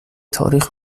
تاریخ